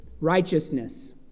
righteousness